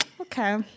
Okay